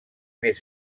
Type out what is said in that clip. més